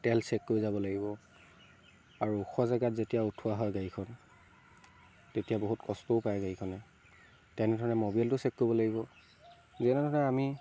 তেল চেক কৰি যাব লাগিব আৰু ওখ জেগাত যেতিয়া উঠোৱা হয় গাড়ীখন তেতিয়া বহুত কষ্টও পায় গাড়ীখনে তেনে ধৰণে ম'বিলটো চেক কৰিব লাগিব যেনে ধৰণে আমি